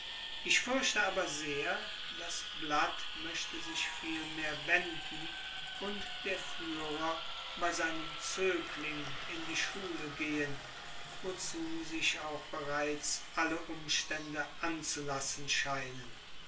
ich fürchte aber sehr das blatt möchte sich vielmehr wenden und der führer bei seinem zögling in die schule gehen wozu sich auch bereits alle umstände anzulassen scheinen